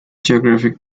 geographic